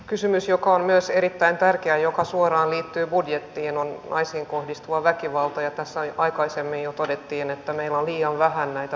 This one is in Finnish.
kysymys joka on myös erittäin tärkeä ja joka suoraan liittyy budjettiin on naisiin kohdistuvasta väkivallasta ja tässä jo aikaisemmin todettiin että meillä on liian vähän näitä turvakotipaikkoja suomessa